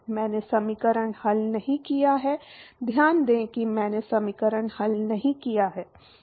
मैंने समीकरण हल नहीं किया है ध्यान दें कि मैंने समीकरण हल नहीं किया है